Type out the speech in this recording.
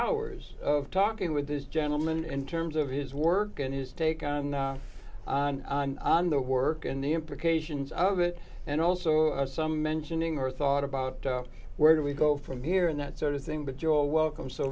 hours of talking with this gentleman in terms of his work and his take on the work and the implications of it and also some mentioning or thought about where do we go from here and that sort of thing but joel welcome so